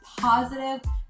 positive